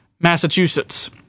Massachusetts